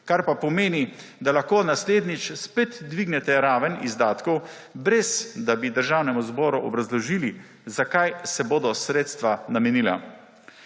kar pa pomeni, da lahko naslednjič spet dvignete raven izdatkov, brez da bi Državnemu zboru obrazložili, za kaj se bodo sredstva namenila.